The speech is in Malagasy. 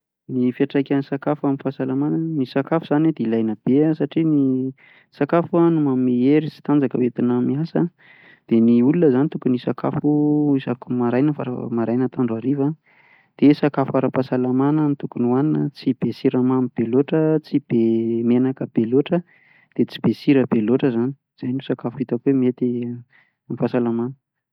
Ny fiantraikan'ny sakafo amin'ny fahasalamana, ny sakafo izany an dia ilaina be an satria ny sakafo an manome hery sy tanjaka hoentina miasa an, dia ny olona izany tokony hisakafo isakiny maraina farafa- maraina atoandro, hariva an, dia sakafo ara pahasalamana no tokony hoanina, tsy be siramamy be loatra, tsy be menaka be loatra dia tsy be sira be loatra izany, izay ni sakafo hitako hoe mety amin'ny fahasalamana.